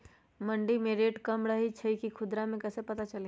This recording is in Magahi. मंडी मे रेट कम रही छई कि खुदरा मे कैसे पता चली?